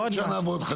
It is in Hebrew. עוד שנה ועוד חצי שנה.